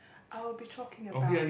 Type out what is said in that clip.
I'll be talking about